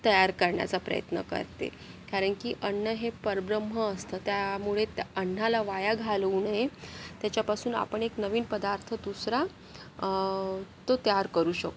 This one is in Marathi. तयार करण्याचा प्रयत्न करते कारण की अन्न हे परब्रम्ह असतं त्यामुळे त्या अन्नाला वाया घालवू नये त्याच्यापासून आपण एक नवीन पदार्थ दुसरा तो तयार करू शकतो